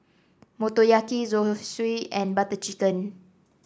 Motoyaki Zosui and Butter Chicken